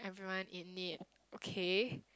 everyone in need okay